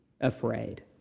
afraid